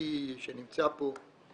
המשפטי שנמצא פה.